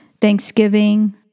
thanksgiving